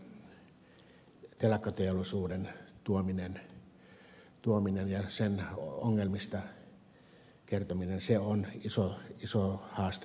yrttiaho toi esille telakkateollisuuden ja kertoi sen ongelmista jotka ovat iso haaste suomelle